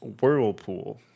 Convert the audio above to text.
Whirlpool